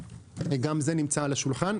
גם זה נמצא על השולחן.